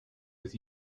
with